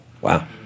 wow